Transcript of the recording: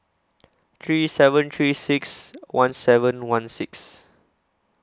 three seven three six one seven one six